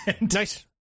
nice